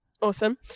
awesome